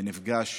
והוא נפגש